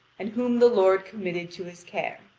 and whom the lord committed to his care.